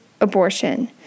abortion